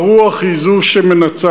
הרוח היא שמנצחת.